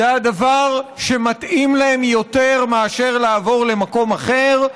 זה הדבר שמתאים להם יותר מאשר לעבור למקום אחר,